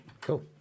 Cool